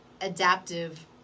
adaptive